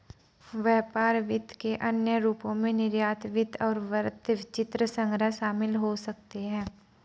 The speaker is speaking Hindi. व्यापार वित्त के अन्य रूपों में निर्यात वित्त और वृत्तचित्र संग्रह शामिल हो सकते हैं